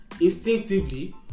instinctively